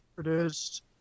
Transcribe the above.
produced